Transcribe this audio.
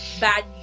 bad